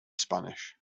spanish